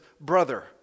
brother